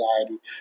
anxiety